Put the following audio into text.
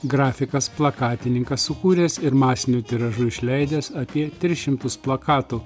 grafikas plakatininkas sukūręs ir masiniu tiražu išleidęs apie tris šimtus plakatų